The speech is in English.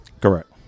Correct